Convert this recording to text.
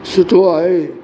सुठो आहे